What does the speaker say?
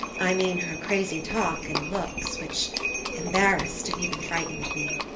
i mean her crazy talk and looks, which embarrassed, and even frightened me.